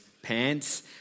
pants